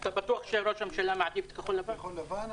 אתה בטוח שראש הממשלה מעדיף את כחול לבן?